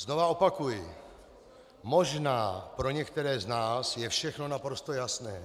Znova opakuji: Možná pro některé z nás je všechno naprosto jasné.